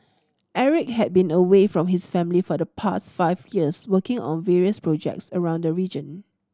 Eric had been away from his family for the past five years working on various projects around the region